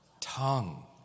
tongue